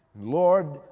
Lord